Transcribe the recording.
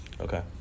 Okay